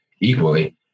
equally